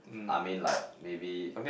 I mean like maybe